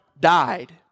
died